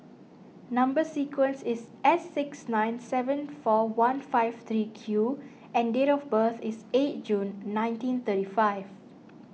Number Sequence is S six nine seven four one five three Q and date of birth is eighth June nineteen thirty five